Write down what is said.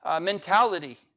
mentality